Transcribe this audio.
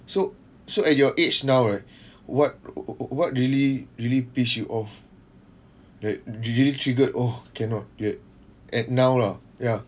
so so at your age now right what w~ w~ w~ what really really piss you off that really triggered oh cannot get at now lah ya